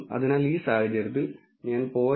അതിനാൽ ഈ സാഹചര്യത്തിൽ ഞാൻ 0